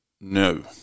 No